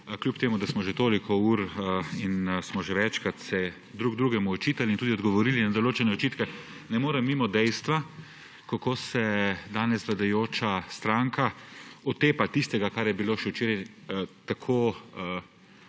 Kljub temu da smo tu že toliko ur in smo že večkrat drug drugemu očitali in tudi odgovorili na določene očitke, ne morem mimo dejstva, kako se danes vladajoča stranka otepa tistega, kar je bila še včeraj tako